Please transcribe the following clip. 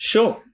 Sure